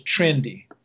trendy